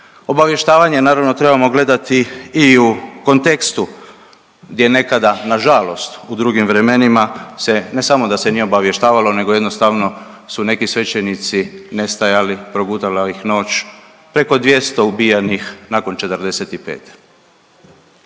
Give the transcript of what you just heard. Obavještavanje naravno trebamo gledati i u kontekstu gdje je nekada na žalost u drugim vremenima se ne samo da se nije obavještavalo nego jednostavno su neki svećenici nestajali, progutala ih noć. Preko 200 ubijenih nakon '45.